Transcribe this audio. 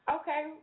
Okay